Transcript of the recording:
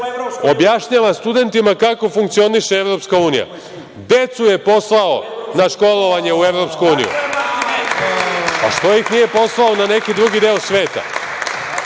objašnjava studentima kako funkcioniše EU. Decu je poslao na školovanje u EU. Zašto ih nije poslao na neki drugi deo sveta?